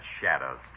shadows